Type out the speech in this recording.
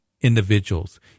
individuals